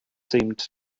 seemed